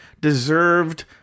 deserved